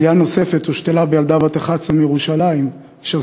כליה נוספת הושתלה בילדה בת 11 מירושלים אשר